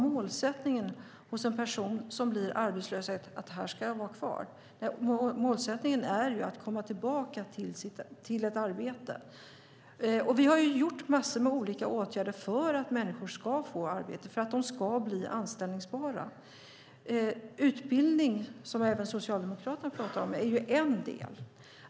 Målsättningen hos en person som blir arbetslös kan inte vara: Här ska jag vara kvar! Målsättningen är att komma tillbaka i arbete. Vi har vidtagit massor av olika åtgärder för att människor ska få arbete och för att de ska bli anställbara. Utbildning, som även Socialdemokraterna pratar om, är en del.